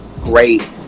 great